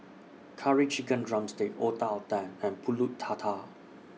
Curry Chicken Drumstick Otak Otak and Pulut Tatal